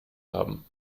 haben